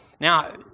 Now